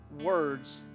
words